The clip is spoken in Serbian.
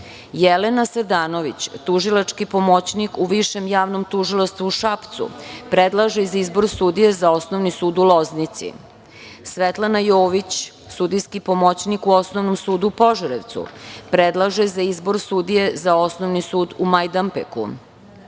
Jelena Srdanović, tužilački pomoćnik u Višem javnom tužilaštvu u Šapcu, predlaže za izbor sudije za Osnovni sud u Loznici, Svetlana Jović, sudijski pomoćnik u Osnovnom sudu u Požarevcu, predlaže za izbor sudije za Osnovni sud u Majdanpeku,